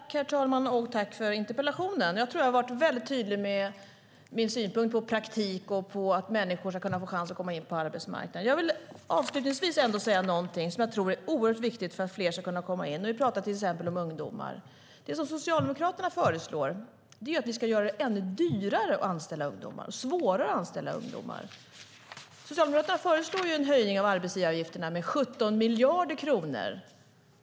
Herr talman! Tack för interpellationen! Jag tror att jag har varit väldigt tydlig med min synpunkt på praktik och på att människor ska kunna få en chans att komma in på arbetsmarknaden. Jag vill avslutningsvis ändå säga någonting som jag tror är oerhört viktigt när vi pratar om att fler ska kunna komma in, till exempel ungdomar. Det som Socialdemokraterna föreslår är att vi ska göra det ännu dyrare och ännu svårare att anställa ungdomar. Socialdemokraterna föreslår ju en höjning av arbetsgivaravgifterna med 17 miljarder kronor.